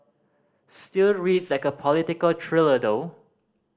still reads like a political thriller though